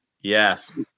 yes